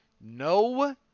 No